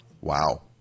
Wow